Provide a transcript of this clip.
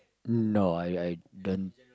no I I don't